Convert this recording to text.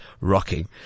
rocking